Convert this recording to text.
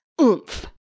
oomph